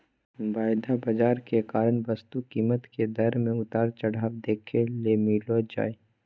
वायदा बाजार के कारण वस्तु कीमत के दर मे उतार चढ़ाव देखे ले मिलो जय